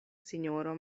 sinjoro